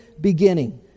beginning